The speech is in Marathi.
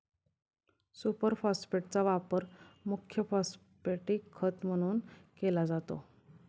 सुपर फॉस्फेटचा वापर मुख्य फॉस्फॅटिक खत म्हणून केला जातो